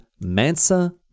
Mansa